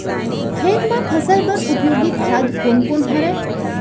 खेत म फसल बर उपयोगी खाद कोन कोन हरय?